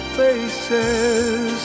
faces